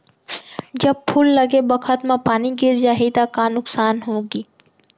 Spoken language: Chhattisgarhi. जब फूल लगे बखत म पानी गिर जाही त का नुकसान होगी?